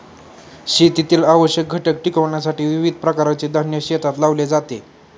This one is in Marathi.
शेतीतील आवश्यक घटक टिकविण्यासाठी विविध प्रकारचे धान्य शेतात लावले जाते